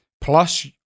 plus